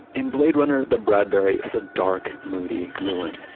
in blade runner, the bradbury is a dark moody ruin,